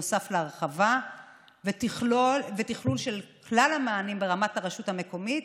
נוסף להרחבה ותכלול של כלל המענים ברמת הרשות המקומית,